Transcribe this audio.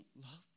love